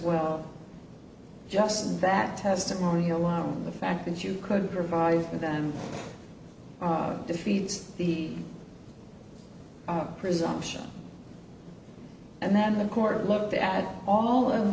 well just that testimony alone the fact that you could provide for them defeats the presumption and then the court looked at all of